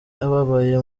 ababaye